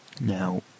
Now